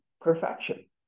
perfection